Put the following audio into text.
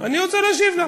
לא, אני רוצה להשיב לה.